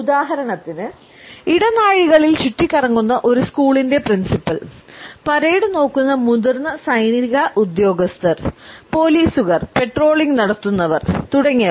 ഉദാഹരണത്തിന് ഇടനാഴികളിൽ ചുറ്റിക്കറങ്ങുന്ന ഒരു സ്കൂളിന്റെ പ്രിൻസിപ്പൽ പരേഡ് നോക്കുന്ന മുതിർന്ന സൈനിക ഉദ്യോഗസ്ഥർ പൊലീസുകാർ പട്രോളിംഗ് നടത്തുന്നവർ തുടങ്ങിയവർ